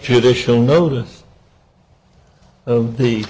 judicial notice of the